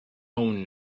own